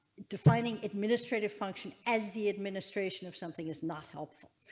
defining administrative function as the administration of something is not helpful,